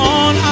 on